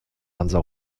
hansa